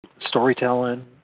storytelling